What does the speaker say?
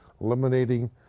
eliminating